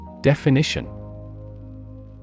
Definition